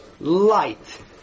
Light